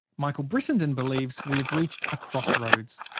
michael brissenden believes we have reached a crossroads.